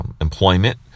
employment